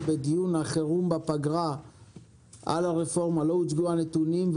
בדיון החירום בפגרה על הרפורמה הנתונים,